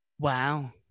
Wow